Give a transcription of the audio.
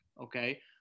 okay